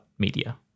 media